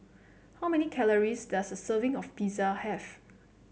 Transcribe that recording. how many calories does a serving of Pizza have